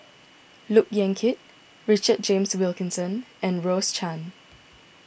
Look Yan Kit Richard James Wilkinson and Rose Chan